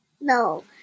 No